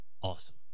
awesome